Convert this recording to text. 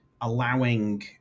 allowing